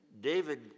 David